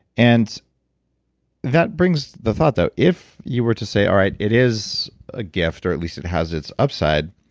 and that brings the thought that if you were to say, all right, it is a gift, or at least it has its upside,